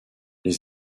les